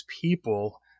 people